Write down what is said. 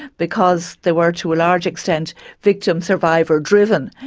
because they were to large extent victim survivor driven,